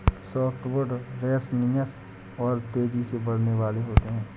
softwood resinous और तेजी से बढ़ने वाले होते हैं